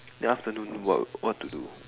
then afternoon what what to do